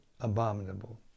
abominable